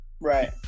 Right